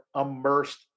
immersed